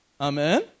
Amen